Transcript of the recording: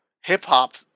hip-hop